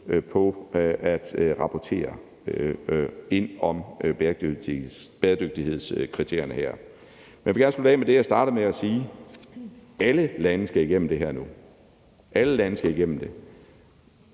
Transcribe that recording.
måde at rapportere ind om bæredygtighedskriterierne her på. Jeg vil gerne slutte af med det, jeg startede med at sige: Alle lande skal igennem det her nu. Erhvervslivet